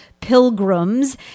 Pilgrims